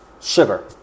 sugar